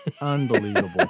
Unbelievable